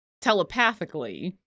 telepathically